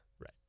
Right